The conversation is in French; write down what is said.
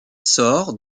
sort